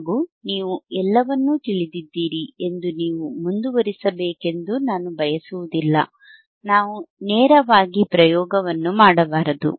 ಹಾಗು ನೀವು ಎಲ್ಲವನ್ನೂ ತಿಳಿದಿದ್ದೀರಿ ಎಂದು ನೀವು ಮುಂದುವರಿಸಬೇಕೆಂದು ನಾನು ಬಯಸುವುದಿಲ್ಲ ನಾವು ನೇರವಾಗಿ ಪ್ರಯೋಗವನ್ನು ಮಾಡಬಾರದು